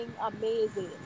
amazing